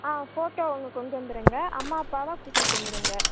ஆ photo ஒன்று கொண்டு வந்துருங்க அம்மா அப்பாவை கூட்டிகிட்டு வந்துருங்க